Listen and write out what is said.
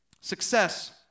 Success